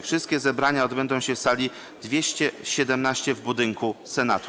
Wszystkie zebrania odbędą się w sali nr 217 w budynku Senatu.